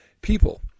people